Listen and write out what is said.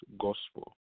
gospel